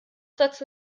dazu